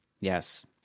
Yes